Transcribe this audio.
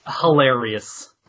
Hilarious